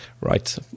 right